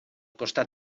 costat